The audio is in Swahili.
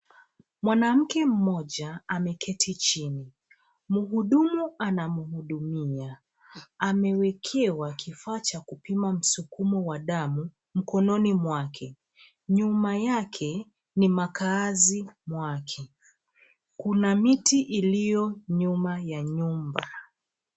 Mwanamke mmoja ameketi chini. Mhudumu anamhudumia; amewekewa kifaa cha kupima msukumo wa damu mkononi mwake. Nyuma yake ni makazi mwake. Kuna miti iliyo nyuma ya nyumba.